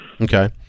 Okay